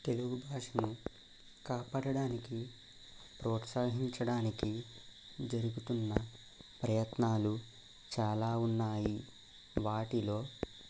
తెలుగు భాషని కాపాడటానికి ప్రోత్సహించడానికి జరుగుతున్న ప్రయత్నాలు చాలా ఉన్నాయి వాటిలో